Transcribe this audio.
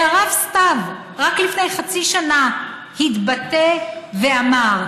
והרב סתיו, רק לפני חצי שנה התבטא ואמר: